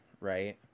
right